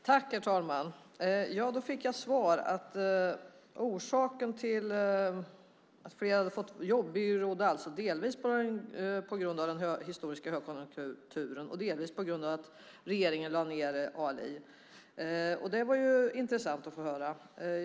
Herr talman! Jag fick alltså svaret att orsaken till att fler hade fått jobb var delvis den historiska högkonjunkturen och delvis att regeringen lade ned ALI. Det var intressant att få höra detta.